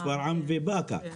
שפרעם ובקעה.